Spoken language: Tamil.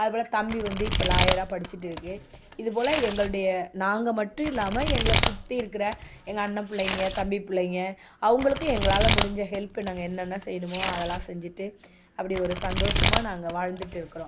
அது போல் தம்பி வந்து இப்போ லாயராக படிச்சுக்கிட்டு இருக்கு இதுபோல் எங்களுடைய நாங்கள் மட்டும் இல்லாமல் எங்களை சுற்றி இருக்கிற எங்கள் அண்ணன் பிள்ளைங்க தம்பி பிள்ளைங்க அவங்களுக்கும் எங்களால் முடிஞ்ச ஹெல்ப்பு நாங்கள் என்னன்ன செய்யணுமோ அதெல்லாம் செஞ்சுட்டு அப்படி ஒரு சந்தோஷமா நாங்கள் வாழ்ந்துகிட்டு இருக்கிறோம்